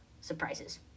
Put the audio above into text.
Surprises